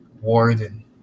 warden